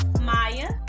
Maya